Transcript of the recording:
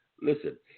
listen